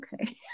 okay